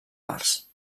parts